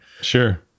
Sure